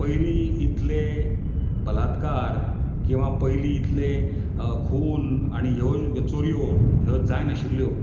पयलीं इतले बलात्कार किंवा पयली इतले खून आनी ह्यो चोरयो ह्यो जायनाशिल्ल्यो